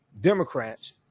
Democrats